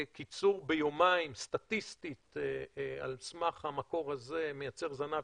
קיצור ביומיים סטטיסטית על סמך המקור הזה מייצר זנב